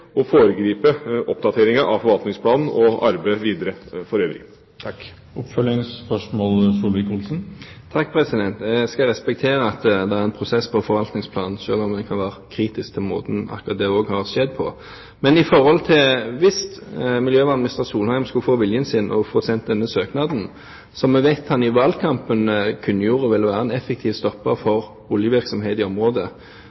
å foregripe oppdateringa av forvaltningsplanen og arbeidet videre for øvrig. Jeg skal respektere at det er en prosess på forvaltningsplanen, selv om en kan være kritisk til måten akkurat det også har skjedd på. Hvis miljøvernminister Solheim skulle få viljen sin og få sendt denne søknaden, som vi vet han i valgkampen kunngjorde ville være en effektiv stopper